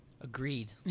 Agreed